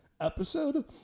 episode